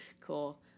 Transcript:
cool